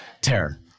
Terror